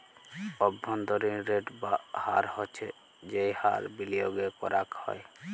অব্ভন্তরীন রেট বা হার হচ্ছ যেই হার বিলিয়গে করাক হ্যয়